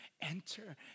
enter